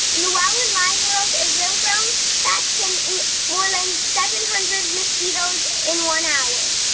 the wow in my world is little brown bats can eat more than seven hundred mosquitoes in one hour